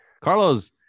Carlos